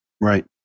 Right